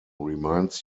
reminds